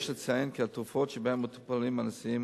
יש לציין כי התרופות שבהן מטופלים הנשאים,